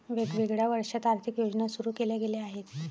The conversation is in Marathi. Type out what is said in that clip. वेगवेगळ्या वर्षांत आर्थिक योजना सुरू केल्या गेल्या आहेत